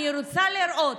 אני רוצה לראות,